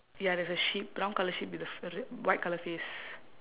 ya there's a sheep brown colour sheep with the f~ r~ white colour face